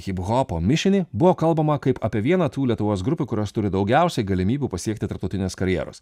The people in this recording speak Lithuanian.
hiphopo mišinį buvo kalbama kaip apie vieną tų lietuvos grupių kurios turi daugiausiai galimybių pasiekti tarptautinės karjeros